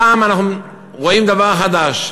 הפעם אנחנו רואים דבר חדש.